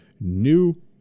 New